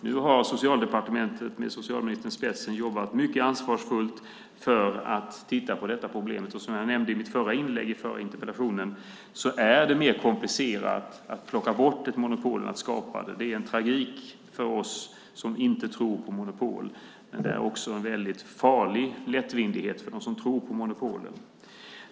Nu har Socialdepartementet med socialministern i spetsen jobbat mycket ansvarsfullt för att titta på detta problem. Som jag nämnde i mitt förra inlägg i den förra interpellationsdebatten är det mer komplicerat att plocka bort ett monopol än att skapa det. Det är en tragik för oss som inte tror på monopol, men det är också en väldigt farlig lättvindighet för dem som tror på monopolen.